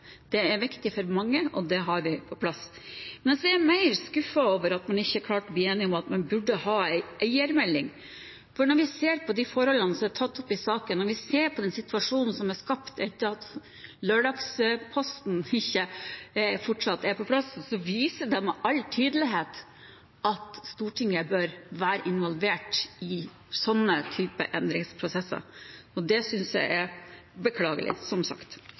Det er viktig for mange, og det har vi fått på plass. Men jeg er mer skuffet over at man ikke klarte å bli enige om at man burde ha en eiermelding, for når vi ser på de forholdene som er tatt opp i saken, og når vi ser på den situasjonen som er skapt ved at lørdagsposten fortsatt ikke er på plass, viser det med all tydelighet at Stortinget bør være involvert i slike endringsprosesser. Det synes jeg er beklagelig, som sagt.